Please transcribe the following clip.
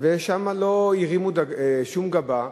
ושם לא הרימו שום גבה,